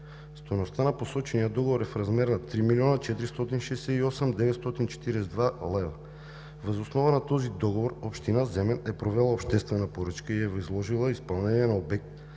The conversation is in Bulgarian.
Стойността на посочения договор е в размер на 3 млн. 468 хил. 942 лева. Въз основа на този договор община Земен е провела обществена поръка и е възложила изпълнението на обект: